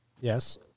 Yes